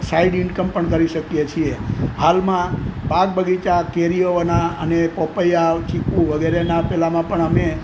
side income પણ કરી શકીએ છે હાલમાં બાગબગીચા કેરીઓના અને પપૈયા ચીકુ વગેરે પેલામાં પણ અમે